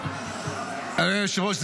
אדוני היושב-ראש,